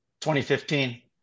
2015